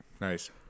Nice